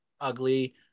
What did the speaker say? ugly